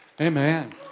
Amen